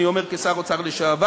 ואני אומר את זה כשר האוצר לשעבר.